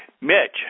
Mitch